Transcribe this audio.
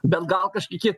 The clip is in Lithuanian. bet gal kažkiek